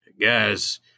Guys